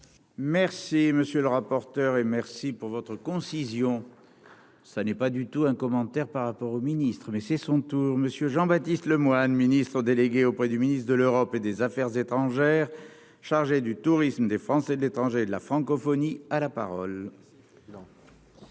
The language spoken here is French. Merci, monsieur le rapporteur, et merci pour votre concision, ça n'est pas du tout un commentaire par rapport au ministre mais c'est son. Tour Monsieur Jean-Baptiste Lemoyne Ministre délégué auprès du ministre de l'Europe et des Affaires étrangères, chargé du tourisme, des Français de l'étranger et de la francophonie à la parole.